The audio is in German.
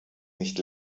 nicht